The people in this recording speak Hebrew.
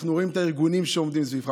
אנחנו רואים את הארגונים שעומדים סביבך,